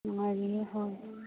ꯅꯨꯡꯉꯥꯏꯔꯤꯌꯦ ꯍꯣꯏ